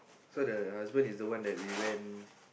so the husband is the one that we went